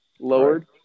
lowered